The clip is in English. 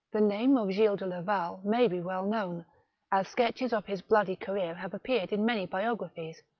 the name of gilles de laval may be well known as sketches of his bloody career have appeared in many biographies,